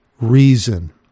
reason